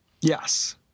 Yes